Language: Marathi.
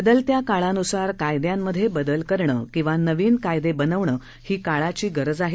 बदलत्याकाळानुसारकायद्यांमध्येबदलकरणंकिंवानवीनकायदेबनवणंहीकाळाचीगरजआहे